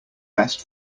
best